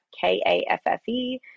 K-A-F-F-E